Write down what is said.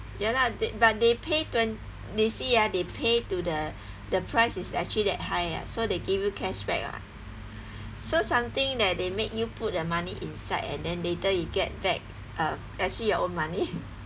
ya lah they but they pay twen~ you see ah they pay to the the price is actually that high ah so they give you cashback [what] so something that they make you put the money inside and then later you get back uh actually your own money